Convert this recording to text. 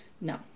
No